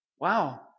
wow